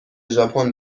ژاپن